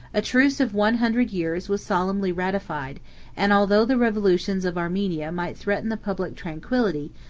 a truce of one hundred years was solemnly ratified and although the revolutions of armenia might threaten the public tranquillity,